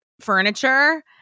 furniture